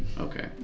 Okay